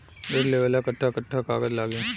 ऋण लेवेला कट्ठा कट्ठा कागज लागी?